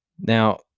now